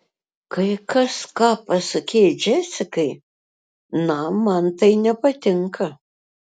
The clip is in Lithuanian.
kai kas ką pasakei džesikai na man tai nepatinka